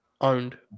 owned